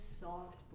soft